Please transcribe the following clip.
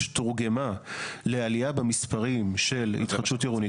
תורגמה לעלייה במספרים של התחדשות עירונית,